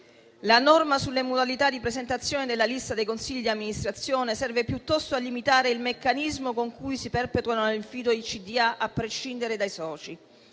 La norma sulle modalità di presentazione della lista dei consigli di amministrazione serve piuttosto a limitare il meccanismo con cui si perpetuano nel fido dei consigli di